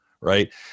right